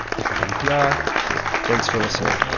this is npr thanks for listening